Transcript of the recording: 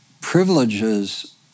privileges